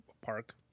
park